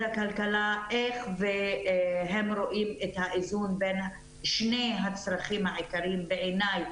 הכלכלה איך הם רואים את האיזון בין שני הצרכים העיקריים בעיני,